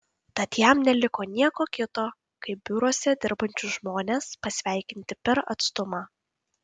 tad jam neliko nieko kito kaip biuruose dirbančius žmones pasveikinti per atstumą